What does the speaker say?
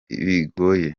bigoye